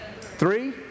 Three